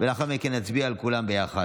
(תאגידים אזוריים ומינוי נושאי משרה בתאגידי מים וביוב),